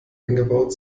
eingebaut